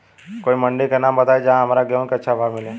कोई मंडी के नाम बताई जहां हमरा गेहूं के अच्छा भाव मिले?